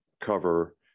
cover